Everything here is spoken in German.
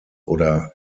oder